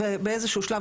באיזשהו שלב,